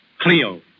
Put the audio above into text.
Cleo